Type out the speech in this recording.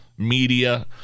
media